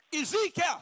Ezekiel